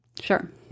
Sure